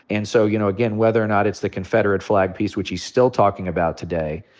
and so, you know, again, whether or not it's the confederate flag piece, which he's still talking about today,